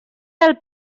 del